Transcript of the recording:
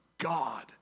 God